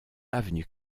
avenue